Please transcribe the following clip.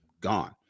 gone